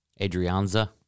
Adrianza